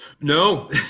No